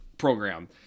program